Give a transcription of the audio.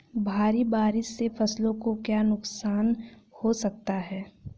भारी बारिश से फसलों को क्या नुकसान हो सकता है?